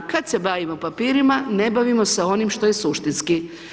Kad se bavimo papirima, ne bavimo se onim što je suštinski.